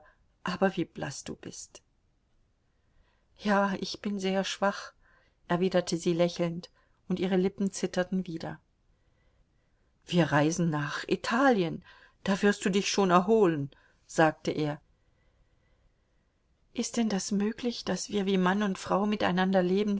aber wie blaß du bist ja ich bin sehr schwach erwiderte sie lächelnd und ihre lippen zitterten wieder wir reisen nach italien da wirst du dich schon erholen sagte er ist denn das möglich daß wir wie mann und frau miteinander leben